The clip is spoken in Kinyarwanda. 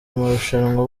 amarushanwa